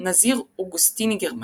נזיר אוגוסטיני גרמני,